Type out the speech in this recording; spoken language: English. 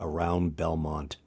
around belmont